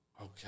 Okay